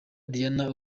diana